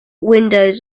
windows